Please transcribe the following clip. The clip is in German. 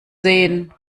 sehen